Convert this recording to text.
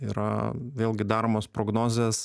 yra vėlgi daromos prognozės